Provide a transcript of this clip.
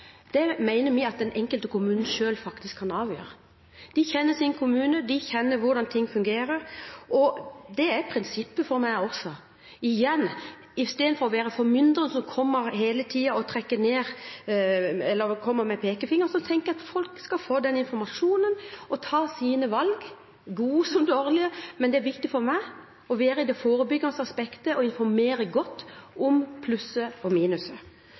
det mener vi at den enkelte kommune selv kan avgjøre. De kjenner sin kommune, de kjenner hvordan ting fungerer, og det er prinsippet for meg også. Igjen: I stedet for å være formyndere som hele tiden kommer med pekefingeren, tenker jeg at folk skal få den informasjonen og ta sine valg – gode som dårlige – men det er viktig for meg å være i det forebyggende aspektet og informere godt om plusser og